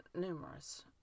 numerous